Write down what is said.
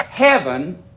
Heaven